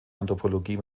anthropologie